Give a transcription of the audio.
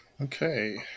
Okay